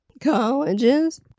colleges